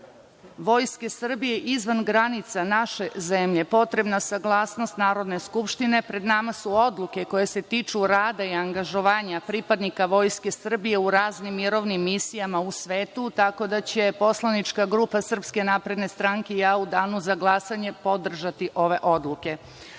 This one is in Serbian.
Vojske Srbije izvan granica naše zemlje potrebna saglasnost Narodne skupštine, pred nama su odluke koje se tiču rada i angažovanja pripadnika Vojske Srbije u raznim mirovnim misijama u svetu, tako da ćemo poslanička grupa SNS i ja u Danu za glasanje podržati ove odluke. Zarad